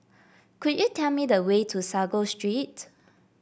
could you tell me the way to Sago Street